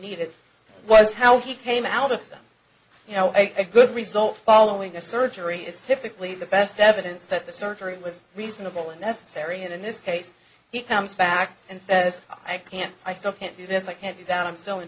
needed was how he came out of them you know a good result following a surgery is typically the best evidence that the surgery was reasonable and necessary and in this case he comes back and says i can't i still can't do this i can't do that i'm still in